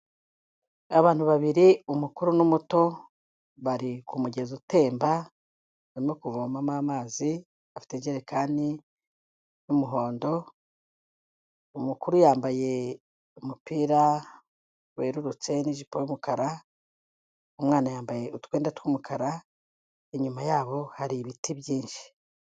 Abantu babiri umukuru n'umuto, bari ku mugezi utemba, barimo kuvomamo amazi, bafite injerekani y'umuhondo, umukuru yambaye umupira werurutse n'ijipo y'umukara, umwana yambaye utwenda tw'umukara, inyuma yabo hari ibiti byinshi.